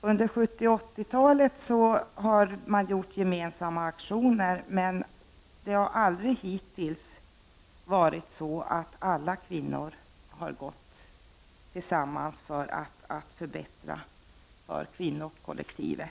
Under 1970 och 1980-talen har det varit några gemensamma aktioner, men det har aldrig hittills varit så att alla kvinnor har gått tillsammans för att förbättra för kvinnokollektivet.